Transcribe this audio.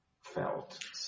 felt